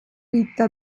scritta